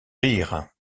rire